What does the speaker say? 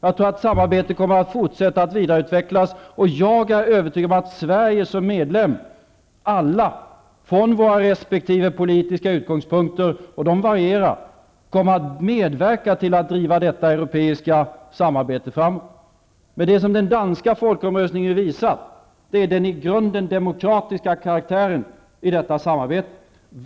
Jag tror att samarbetet kommer att fortsätta att vidareutvecklas, och jag är övertygad om att Sverige som medlem -- vi alla från våra resp. politiska utgångspunkter, och de varierar -- kommer att medverka till att driva detta europeiska samarbete framåt. Men det som den danska folkomröstningen visat är den i grunden demokratiska karaktären i detta samarbete.